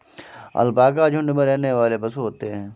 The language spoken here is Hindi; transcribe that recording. अलपाका झुण्ड में रहने वाले पशु होते है